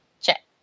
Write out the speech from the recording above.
check